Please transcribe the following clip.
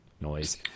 noise